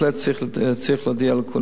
להודיע לכולם.